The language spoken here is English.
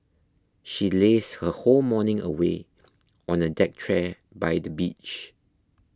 she lazed her whole morning away on a deck chair by the beach